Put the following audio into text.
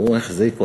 והוא החזיק אותו,